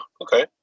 Okay